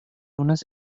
unas